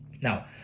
Now